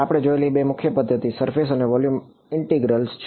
આપણે જોયેલી બે મુખ્ય પદ્ધતિઓ સરફેસ ઇંટીગ્રેલ્સ છે